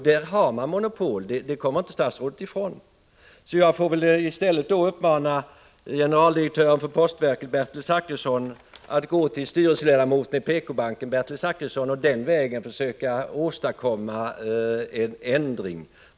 Där har man monopol, det kommer statsrådet inte ifrån. Jag får väl i stället uppmana generaldirektören för postverket Bertil Zachrisson att gå till styrelseledamoten i PK-banken Bertil Zachrisson och den vägen försöka åstadkomma en ändring.